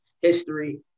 history